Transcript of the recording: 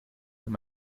wenn